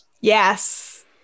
Yes